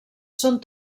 són